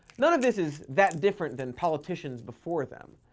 none of this is that different than politicians before them.